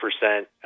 percent